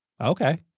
Okay